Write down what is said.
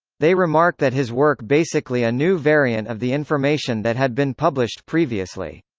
they remark that his work basically a new variant of the information that had been published previously.